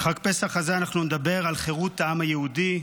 בחג פסח הזה אנחנו נדבר על חירות העם היהודי,